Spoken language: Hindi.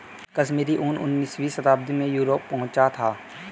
कश्मीरी ऊन उनीसवीं शताब्दी में यूरोप पहुंचा था